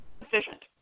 efficient